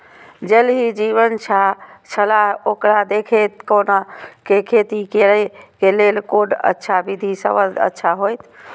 ज़ल ही जीवन छलाह ओकरा देखैत कोना के खेती करे के लेल कोन अच्छा विधि सबसँ अच्छा होयत?